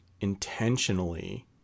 intentionally